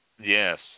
Yes